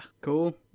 Cool